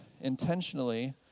intentionally